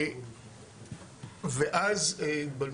מתחם א'1